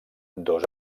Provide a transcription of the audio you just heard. dos